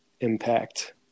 impact